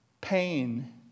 pain